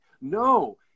no